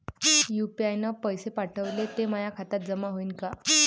UPI न पैसे पाठवले, ते माया खात्यात जमा होईन का?